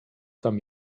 tam